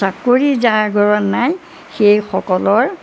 চাকৰি যাৰ ঘৰত নাই সেইসকলৰ